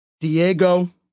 Diego